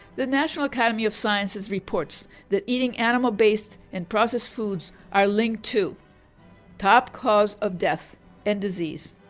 the national academy of sciences reports that eating animal-based and processed food are linked to top cause of death and disease.